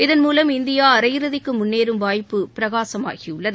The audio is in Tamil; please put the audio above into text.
இதன்மூலம் இந்தியாஅரையிறுதிக்குமுன்னேறும் வாய்ப்பு பிரகாசமாகியுள்ளது